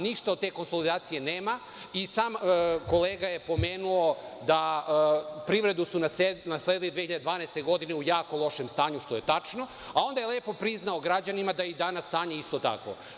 Ništa od te konsolidacije nema i sam kolega je pomenuo da su privredu nasledili 2012. godine u jako lošem stanju, što je tačno, a onda je lepo priznao građanima da je i danas isto takvo.